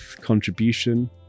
contribution